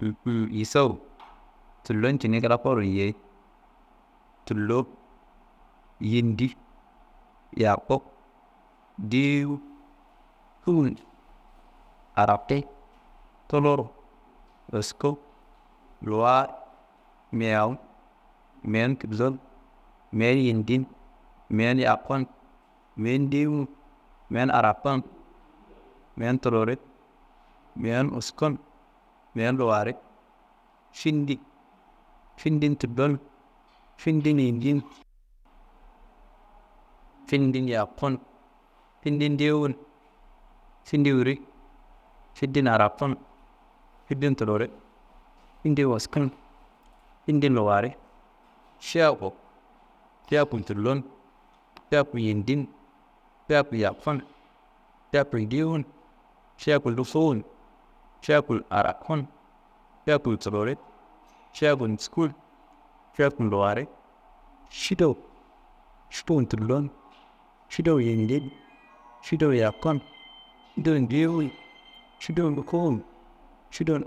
«hesitation » yisawu tullon cine kla furo yiyei. Tullo, yindi, yakku, deyiwu, uwun, arraki, tullur, wusku, luwar, mewu, meyen tullon, meyen yindin, meyen yakkun, meyen dewun, meyen arakkun, meyen tulluriyi, meyen wuskun, meyen luwari, findi, findi tullon, findin yindin, findin yakkun, findin dewun, findi wuri, findin arakkun, findin tulluri, findin wuskun, findin luwari, fiyaku, fiyakun tullon, fiyakun yindin, fiyakun yakun, fiyakun diyowun, fiyakun loko uwun, fiyakun loko arakkun, fiyakkun tulluri, fiyakun wuskun, fiyakun luwari, fidowu, fidowun tullon, fidowun yindin, fidowun yakkun, fiwun dewun, fiwun lokko uwun, fiwun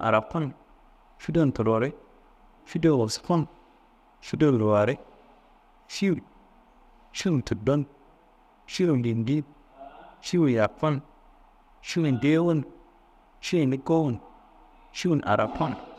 arakkun